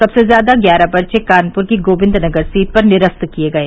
सबसे ज्यादा ग्यारह पर्चे कानपुर की गोविन्दनगर सीट पर निरस्त किये गये